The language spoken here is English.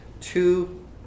two